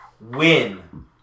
win